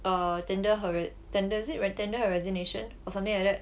err tender her reg~ tender is it tender her resignation or something like that